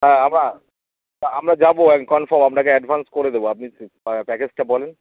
হ্যাঁ আমরা না আমরা যাব একদম কনফার্ম আপনাকে অ্যাডভান্স করে দেবো আপনি সেই পা প্যাকেজটা বলুন